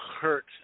hurt